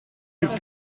gibt